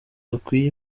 gakwiye